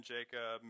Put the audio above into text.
Jacob